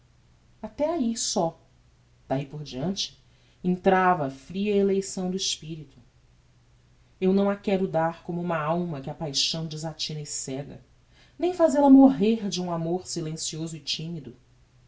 até ahi só dahi por diante entrava a fria eleição do espirito eu não a quero dar como uma alma que a paixão desatina e cega nem faze la morrer de um amor silencioso e timido